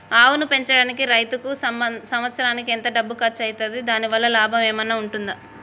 ఆవును పెంచడానికి రైతుకు సంవత్సరానికి ఎంత డబ్బు ఖర్చు అయితది? దాని వల్ల లాభం ఏమన్నా ఉంటుందా?